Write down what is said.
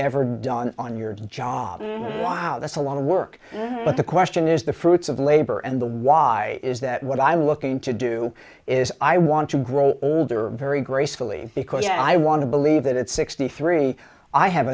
ever done on your job wow that's a lot of work but the question is the fruits of labor and the why is that what i'm looking to do is i want to grow older very gracefully because i want to believe that at sixty three i have